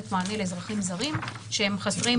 מענה לאזרחים זרים שהם חסרי מעמד רפואי.